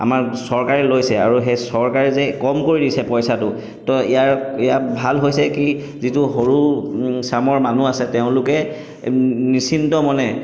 আমাৰ চৰকাৰে লৈছে আৰু সেই চৰকাৰে যে কম কৰি দিছে পইচাটো ত' ইয়াৰ ইয়াত ভাল হৈছে কি যিটো সৰু চামৰ মানুহ আছে তেওঁলোকে নিচিন্ত মনে